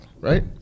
right